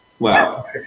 Wow